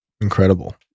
incredible